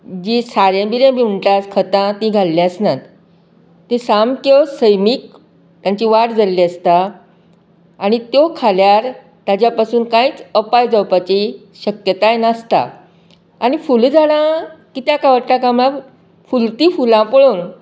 जी सारे बिरें बी म्हणतात खता ती घाल्लीं आसनात ती सामक्यों सैमीक तांची वाड जाल्ली आसतां आनी त्यो खाल्यार ताज्या पासून कांयच अपाय जावपाची शक्यताय नासता आनी फूल झाडां कित्याक आवडटा काय म्हळ्यार फुलतीं फुलां पळोवन